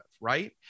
right